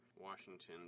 Washington